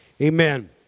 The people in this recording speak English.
Amen